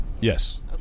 Yes